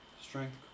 Strength